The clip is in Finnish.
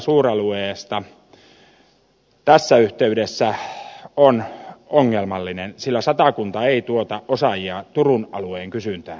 määritelmä suuralueesta tässä yhteydessä on ongelmallinen sillä satakunta ei tuota osaajia turun alueen kysyntään